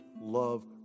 love